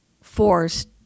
forced